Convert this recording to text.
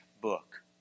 book